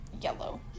yellow